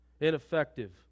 Ineffective